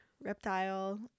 Reptile